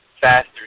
faster